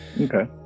Okay